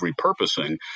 repurposing